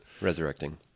resurrecting